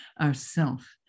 ourself